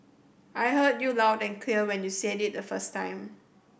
I heard you loud and clear when you said it the first time